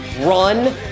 run